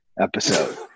episode